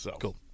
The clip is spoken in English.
Cool